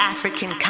African